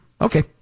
Okay